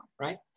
right